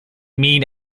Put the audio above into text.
mean